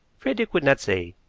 frederick would not say.